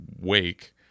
wake